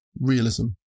Realism